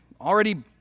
already